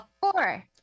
Four